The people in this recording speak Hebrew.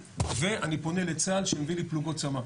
ואני פונה לצה"ל שמביא לי פלוגות צמ"ה.